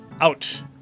out